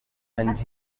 and